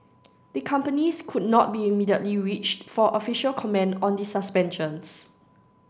the companies could not be immediately reached for official comment on the suspensions